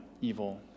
evil